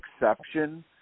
exception